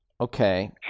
Okay